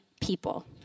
people